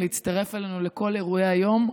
להצטרף אלינו לכל אירועי היום.